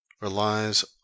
relies